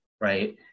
right